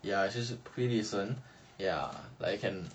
ya actually is pretty decent ya like you can